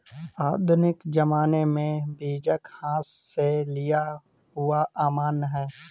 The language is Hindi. आधुनिक ज़माने में बीजक हाथ से लिखा हुआ अमान्य है